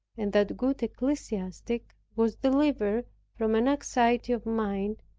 and that good ecclesiastic was delivered from an anxiety of mind,